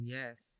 Yes